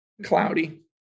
Cloudy